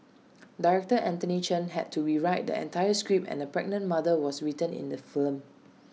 Director Anthony Chen had to rewrite the entire script and A pregnant mother was written into the film